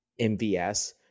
MVS